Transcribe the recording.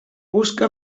busca